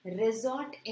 resort